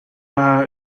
bar